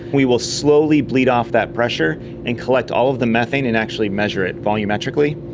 we will slowly bleed off that pressure and collect all of the methane and actually measure it volumetrically,